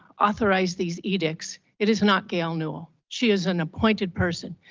authorize these edicts. it is not gail newel she is an appointed person.